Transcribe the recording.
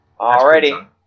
Alrighty